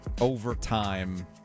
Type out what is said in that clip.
overtime